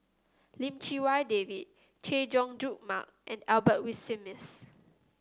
Lim Chee Wai David Chay Jung Jun Mark and Albert Winsemius